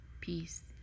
peace